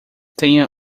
tenha